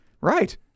Right